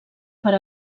per